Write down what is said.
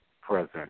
present